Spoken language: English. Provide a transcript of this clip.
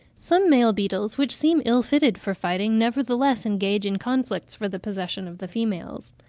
some male beetles, which seem ill-fitted for fighting, nevertheless engage in conflicts for the possession of the females.